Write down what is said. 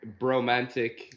bromantic